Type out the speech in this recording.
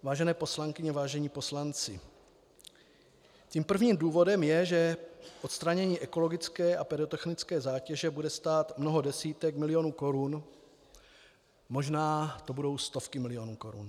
Vážené poslankyně, vážení poslanci, tím prvním důvodem je, že odstranění ekologické a pyrotechnické zátěže bude stát mnoho desítek milionů korun, možná to budou stovky milionů korun.